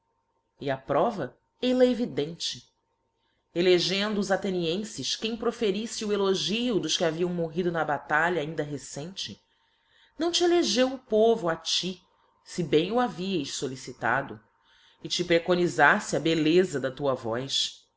e a prova eil-a evidente elegendo os athenienfes quem proferiífe o elogio dos que haviam morrido na batalha ainda recente não te elegeu o povo a ti fe bem o havieis follicitado e te preconifaífe a belleza da tua voz